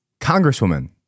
congresswoman